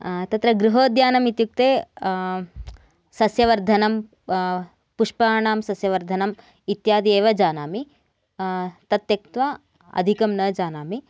तत्र गृहोद्यानम् इत्युक्ते सस्यवर्धनं पुष्पाणां सस्यवर्धनम् इत्यादि एव जानामि तत्त्यक्त्वा अधिकं न जानामि